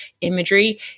imagery